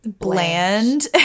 Bland